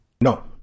No